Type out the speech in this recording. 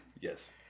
Yes